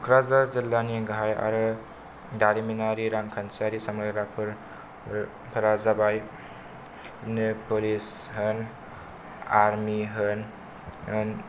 कक्राझार जिल्लानि गाहाइ आरो दारिमिनारि रांखान्थियारि सामलायग्राफोरा जाबाय बिदिनो पलिसफोर आर्मि होन ओन